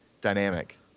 dynamic